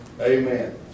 amen